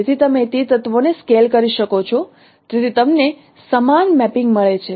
તેથી તમે તે તત્વોને સ્કેલ કરી શકો છો તેથી તમને સમાન મેપિંગ મળે છે